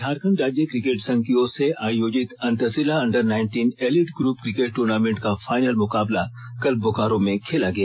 झारखंड राज्य क्रिकेट संघ की ओर से आयोजित अंतर जिला under nineteen elite group cricket tournament का फाइनल मुकाबला कल बोकारो में खेला गया